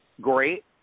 great